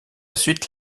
suite